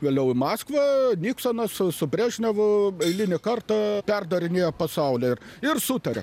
vėliau į maskvą niksonas su brežnevu eilinį kartą perdarinėjo pasaulį ir ir sutarė